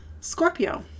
Scorpio